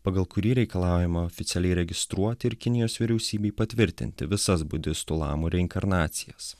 pagal kurį reikalaujama oficialiai registruoti ir kinijos vyriausybei patvirtinti visas budistų lamų reinkarnacijas